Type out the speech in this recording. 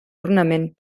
ornament